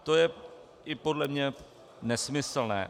To je i podle mě nesmyslné.